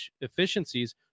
efficiencies